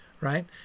right